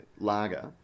lager